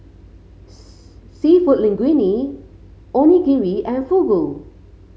seafood Linguine Onigiri and Fugu